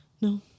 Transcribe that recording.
No